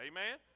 Amen